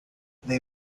they